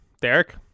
Derek